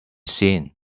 seen